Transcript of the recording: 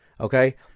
okay